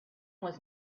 was